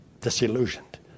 disillusioned